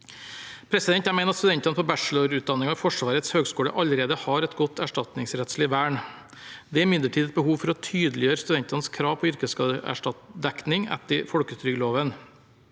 Jeg mener at studentene på bachelorutdanningen ved Forsvarets høgskole allerede har et godt erstatningsrettslig vern. Det er imidlertid et behov for å tydeliggjøre studentenes krav på yrkesskadedekning etter folketrygdloven.